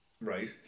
Right